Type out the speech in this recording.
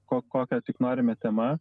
ko kokia tik norime tema